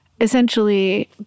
essentially